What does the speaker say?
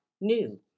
new